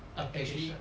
application